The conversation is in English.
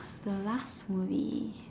the last movie